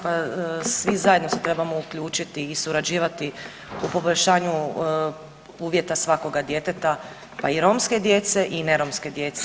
Pa svi zajedno se trebamo uključiti i surađivati u poboljšanju uvjeta svakoga djeteta, pa i romske djece i neromske djece.